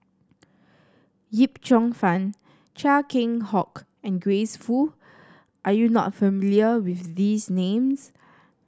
Yip Cheong Fun Chia Keng Hock and Grace Fu are you not familiar with these names